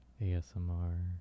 ASMR